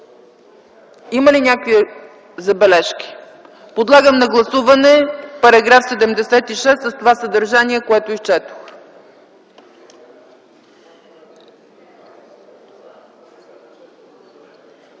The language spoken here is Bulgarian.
Има ли някакви забележки? Подлагам на гласуване § 76 с това съдържание, което изчетох.